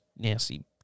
Nasty